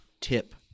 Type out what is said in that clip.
tip